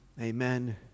Amen